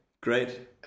Great